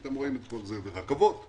רכבות וכדומה.